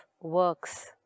works